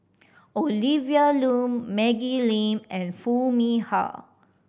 Olivia Lum Maggie Lim and Foo Mee Har